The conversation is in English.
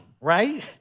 right